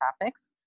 topics